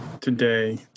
today